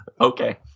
Okay